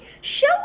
show